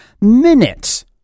minutes